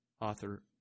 author